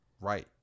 Right